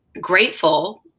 grateful